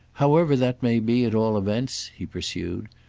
however that may be at all events, he pursued,